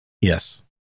yes